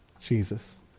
Jesus